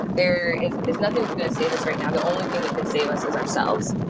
there is is nothing that's going to save us right now. the only thing that can save us is ourselves.